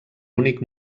únic